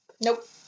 Nope